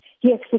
Yes